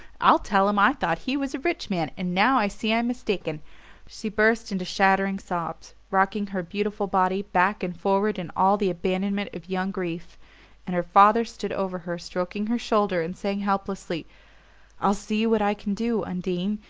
i'll tell him i thought he was a rich man, and now i see i'm mistaken she burst into shattering sobs, rocking her beautiful body back and forward in all the abandonment of young grief and her father stood over her, stroking her shoulder and saying helplessly i'll see what i can do, undine